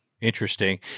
Interesting